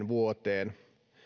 vuoteen